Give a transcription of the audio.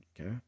okay